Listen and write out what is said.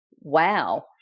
wow